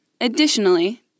Additionally